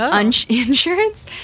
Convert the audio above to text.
insurance